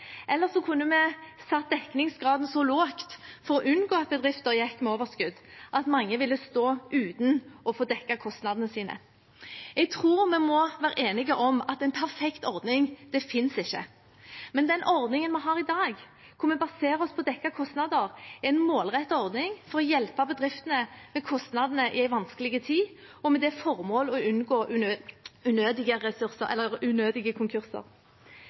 eller så kunne vi satt dekningsgraden så lavt – for å unngå at bedrifter gikk med overskudd – at mange ville stå uten å få dekket kostnadene sine. Jeg tror vi må være enige om at en perfekt ordning ikke fins, men den ordningen vi har i dag, hvor vi baserer oss på å dekke kostnader, er en målrettet ordning for å hjelpe bedriftene med kostnadene i en vanskelig tid, med det formål å unngå unødige